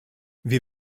wir